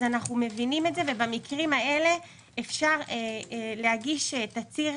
אנחנו מבינים את זה ובמקרים האלה אפשר להגיש תצהיר